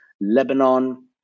Lebanon